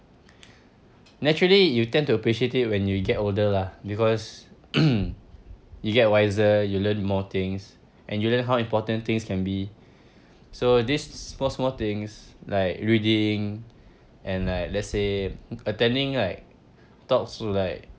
naturally you tend to appreciate it when you get older lah because um you get wiser you learn more things and you learn how important things can be so this small small things like reading and uh let's say attending like talks to like